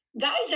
guys